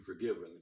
forgiven